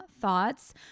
thoughts